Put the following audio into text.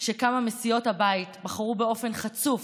שכמה מסיעות הבית בחרו באופן חצוף,